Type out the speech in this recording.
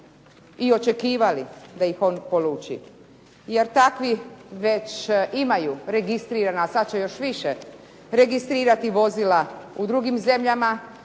i očekivali da ih on poluči, jer takvi već imaju registrirana, a sad će još više registrirati vozila u drugim zemljama